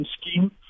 scheme